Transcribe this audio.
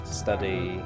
study